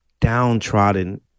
downtrodden